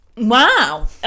Wow